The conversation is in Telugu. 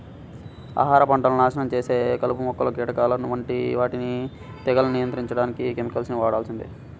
ఆహార పంటలను నాశనం చేసే కలుపు మొక్కలు, కీటకాల వంటి వాటిని తెగుళ్లను నియంత్రించడానికి కెమికల్స్ ని వాడాల్సిందే